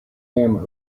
him